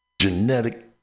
genetic